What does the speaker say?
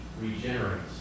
regenerates